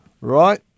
right